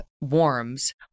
warms